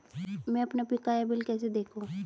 मैं अपना बकाया बिल कैसे देखूं?